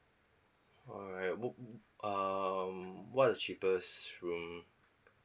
alright what um what are the cheapest room